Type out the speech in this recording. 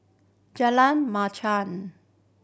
Jalan Machang